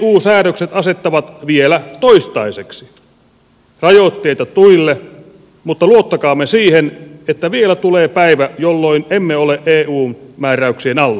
eu säädökset asettavat vielä toistaiseksi rajoitteita tuille mutta luottakaamme siihen että vielä tulee päivä jolloin emme ole eun määräyksien alla